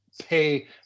pay